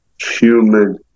human